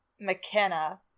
McKenna